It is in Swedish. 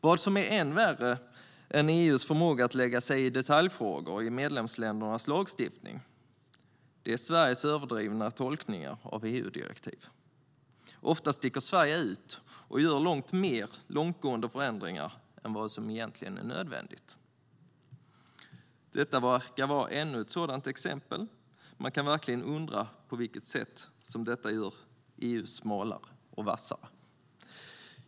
Vad som är än värre än EU:s förmåga att lägga sig i detaljfrågor i medlemsländernas lagstiftning är Sveriges överdrivna tolkningar av EU-direktiv. Ofta sticker Sverige ut och gör mer långtgående förändringar än vad som egentligen är nödvändigt. Detta verkar vara ännu ett sådant exempel. Man kan verkligen undra på vilket sätt detta gör EU smalare och vassare.